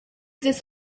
this